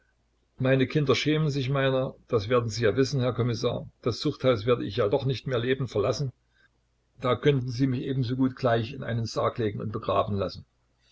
meine kinder schämen sich meiner das werden sie ja wissen herr kommissar das zuchthaus werde ich ja doch nicht mehr lebend verlassen da könnten sie mich ebensogut gleich in einen sarg legen und begraben lassen